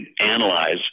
analyze